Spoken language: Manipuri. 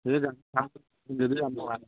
ꯁꯤꯗꯗꯤ ꯌꯥꯝ ꯅꯨꯡꯉꯥꯏꯔꯦ